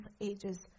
ages